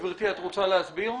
גברתי, את רוצה להסביר?